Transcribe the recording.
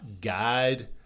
guide